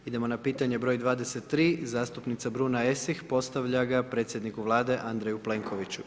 Hvala, idemo na pitanje broj 23. zastupnica Bruna Esih postavlja ga predsjedniku Vlade Andreju Plenkoviću.